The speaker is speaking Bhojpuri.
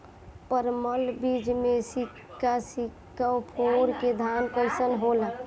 परमल बीज मे सिक्स सिक्स फोर के धान कईसन होला?